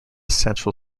central